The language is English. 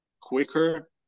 quicker